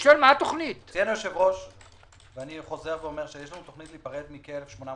חוזר ואומר שיש לנו תוכנית להיפרד מכ-1,800